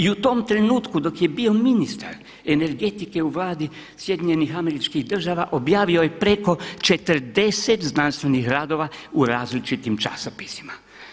I tom trenutku dok je bio ministar energetike u Vladi SADA objavio je preko 40 znanstvenih radova u različitim časopisima.